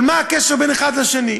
אבל מה הקשר בין אחד לשני?